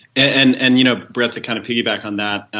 and and you know brett to kind of peg you back on that,